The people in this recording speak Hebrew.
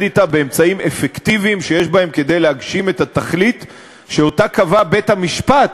אתה באמצעים אפקטיביים שיש בהם כדי להגשים את התכלית שקבע בית-המשפט,